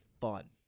fun